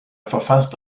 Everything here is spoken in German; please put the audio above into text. verfasste